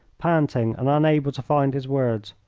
panting and unable to find his words.